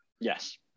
Yes